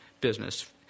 business